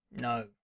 No